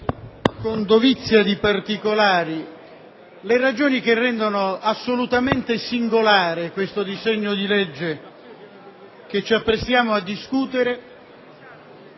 con dovizia di particolari le ragioni che rendono assolutamente singolare il disegno di legge che ci apprestiamo a discutere,